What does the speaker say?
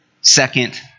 second